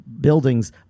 buildings